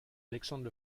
alexandre